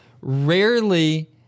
rarely